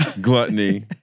gluttony